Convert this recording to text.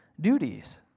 duties